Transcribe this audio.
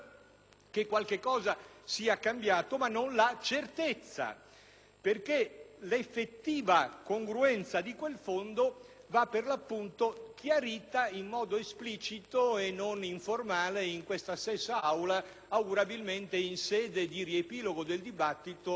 che qualcosa sia cambiato, ma non la certezza, perché l'effettiva congruenza di quel fondo va chiarita in modo esplicito e non informale in questa stessa Aula, augurabilmente in sede di riepilogo del dibattito